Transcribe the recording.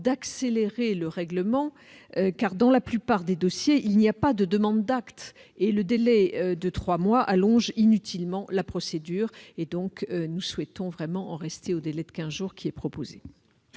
délais de règlement, car, dans la plupart des dossiers, il n'y a pas de demande d'actes. Le délai de trois mois allongeant inutilement la procédure, nous souhaitons vraiment en rester au délai de quinze jours qui est proposé.